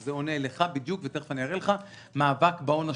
וזה עונה לך בדיוק ותכף אראה לך מאבק בהון השחור.